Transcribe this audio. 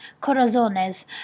Corazones